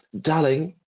Darling